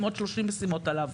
עם עוד 30 משימות עליו.